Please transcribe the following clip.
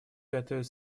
готовят